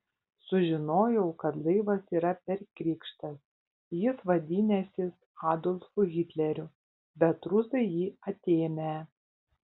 sužinojau kad laivas yra perkrikštas jis vadinęsis adolfu hitleriu bet rusai jį atėmę